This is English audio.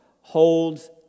holds